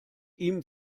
ihm